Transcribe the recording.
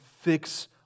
fix